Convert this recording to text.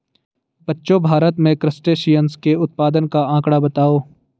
बच्चों भारत में क्रस्टेशियंस के उत्पादन का आंकड़ा बताओ?